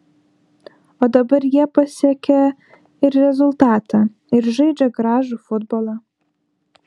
o dabar jie pasiekia ir rezultatą ir žaidžia gražų futbolą